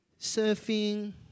surfing